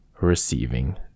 receiving